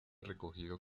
recogido